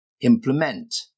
Implement